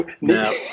No